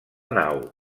nau